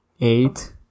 eight